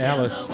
Alice